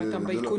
מה הטעם באיכונים?